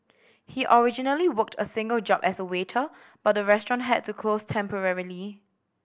he originally worked a single job as a waiter but the restaurant had to close temporarily